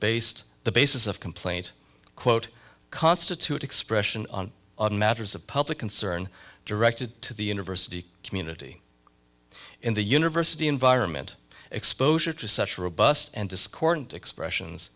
based the basis of complaint quote constitute expression on matters of public concern directed to the university community in the university environment exposure to such robust and discordant expressions